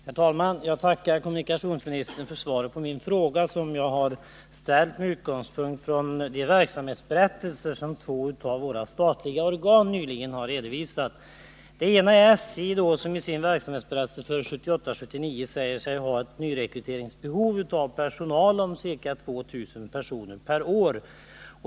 Herr talman! Jag tackar kommunikationsministern för svaret på min fråga, som jag har ställt med utgångspunkt i de verksamhetsberättelser som två av våra statliga organ nyligen har avgett. Det ena är SJ, som i sin verksamhetsberättelse för 1978/79 säger sig ha ett nyrekryteringsbehov av ca 2000 personer per år.